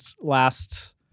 last